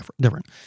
different